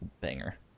banger